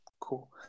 Cool